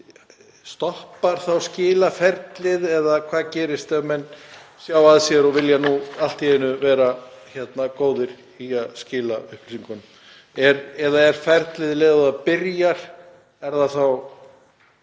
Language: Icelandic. Stoppar þá slitaferlið eða hvað gerist ef menn sjá að sér og vilja nú allt í einu vera góðir í að skila upplýsingum? Eða er ferlið þannig að um leið og það